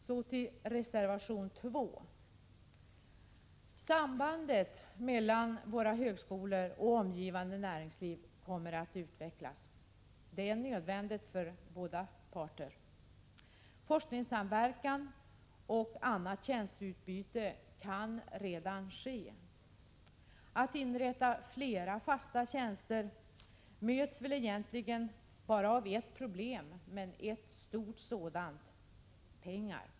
Så till reservation 2. Sambandet mellan våra högskolor och omgivande näringsliv kommer att utvecklas. Det är nödvändigt för båda parter. Forskningssamverkan och annat tjänsteutbyte kan redan ske. Inrättandet av flera fasta tjänster möts väl egentligen av bara ett problem, men ett stort sådant: Pengar!